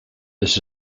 this